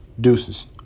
Deuces